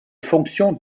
fonctions